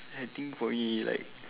I think for me like